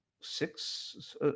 six